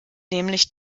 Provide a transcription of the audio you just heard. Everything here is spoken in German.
nämlich